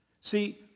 See